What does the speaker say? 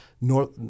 north